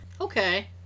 Okay